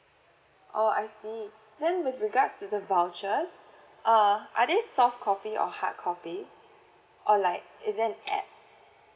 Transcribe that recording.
oh I see then with regards to the vouchers err are they soft copy or hard copy or like is it an app